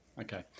Okay